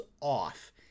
off